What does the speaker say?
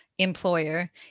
employer